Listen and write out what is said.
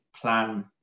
plan